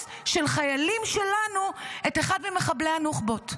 של חיילים שלנו את אחד ממחבלי הנוח'בה.